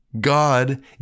god